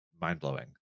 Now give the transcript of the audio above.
mind-blowing